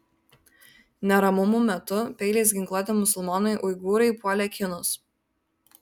neramumų metu peiliais ginkluoti musulmonai uigūrai puolė kinus